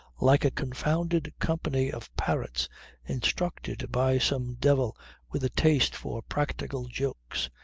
like a confounded company of parrots instructed by some devil with a taste for practical jokes,